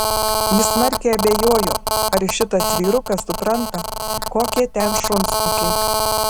jis smarkiai abejojo ar šitas vyrukas supranta kokie ten šunsnukiai